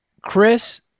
Chris